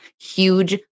huge